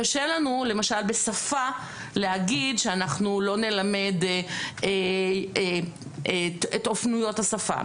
קשה לנו למשל בשפה להגיד שאנחנו לא נלמד את אופניות השפה.